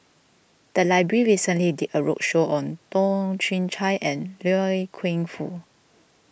the library recently did a roadshow on Toh Chin Chye and Loy Keng Foo